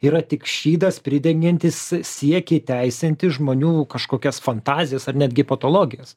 yra tik šydas pridengiantis siekį įteisinti žmonių kažkokias fantazijas ar netgi patologijas